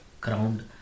crowned